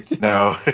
No